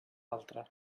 altra